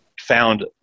Found